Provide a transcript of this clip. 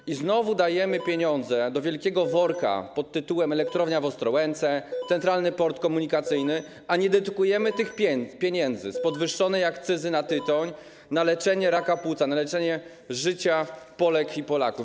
I znowu dajemy pieniądze do wielkiego worka pt. elektrownia w Ostrołęce, Centralny Port Komunikacyjny, a nie dedykujemy tych pieniędzy z podwyższonej akcyzy na tytoń na leczenie raka płuca, na ratowanie życia Polek i Polaków.